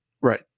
Right